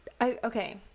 Okay